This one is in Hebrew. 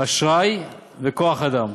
אשראי וכוח-אדם.